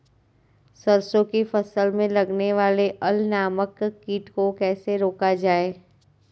सरसों की फसल में लगने वाले अल नामक कीट को कैसे रोका जाए?